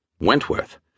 Wentworth